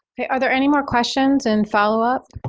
ok. are there any more questions and follow-up?